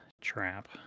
trap